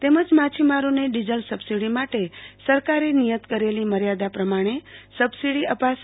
તેમજ માછીમારોને diesel subsidy માટે સરકારે નિયત કરેલી મર્યાદા પ્રમાણે સબસીડી અપાશે